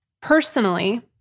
Personally